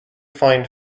find